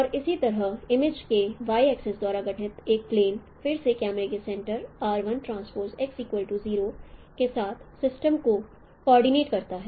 और इसी तरह इमेज के y एक्सिस द्वारा गठित एक प्लेन फिर से कैमरे के सेंटर के साथ सिस्टम को कोऑर्डिनेट करता है